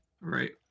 right